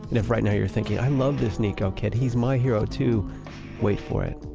and if right now you're thinking, i love this nikko kid, he's my hero too wait for it.